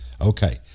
Okay